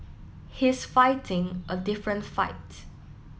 he's fighting a different fight